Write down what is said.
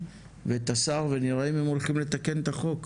ואת השר ואנחנו נראה אם הם הולכים לתקן את החוק,